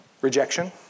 Rejection